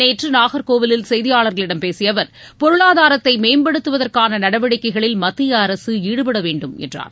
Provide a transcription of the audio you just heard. நேற்று நாகர்கோவிலில் செய்தியாளர்களிடம் பேசிய அவர் பொருளாதாரத்தை மேம்படுத்துவதற்கான நடவடிக்கைகளில் மத்திய அரசு ஈடுபடவேண்டும் என்றார்